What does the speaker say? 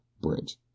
Bridge